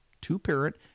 two-parent